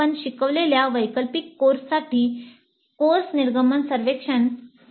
आपण शिकवलेल्या वैकल्पिक कोर्ससाठी कोर्स निर्गमन सर्वेक्षणाची रचना करा